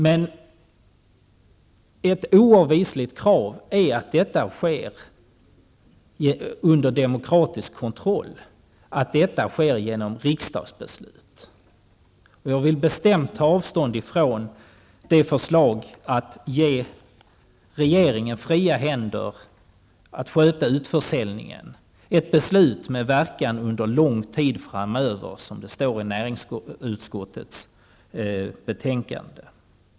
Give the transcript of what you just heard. Men det är ett oavvisligt krav att detta sker med demokratisk kontroll genom riksdagsbeslut. Jag tar bestämt avstånd från förslaget att ge regeringen fria händer att sköta utförsäljningen, ett beslut med verkan under lång tid framöver, som det står i näringsutskottets betänkande.